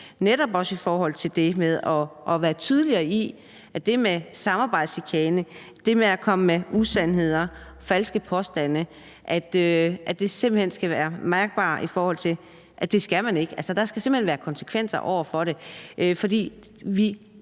netop også være tydeligere omkring, at det med samarbejdschikane og det med at komme med usandheder og falske påstande simpelt hen skal være mærkbart, i forhold til at det skal man ikke. Altså, der skal simpelt hen være konsekvenser ved det. For jeg